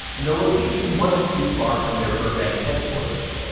and the location wasn't too far from their burbank headquarters.